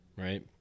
right